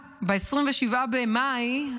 ב-27 במאי,